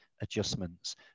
adjustments